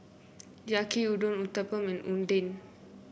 Yaki Udon Uthapam and Oden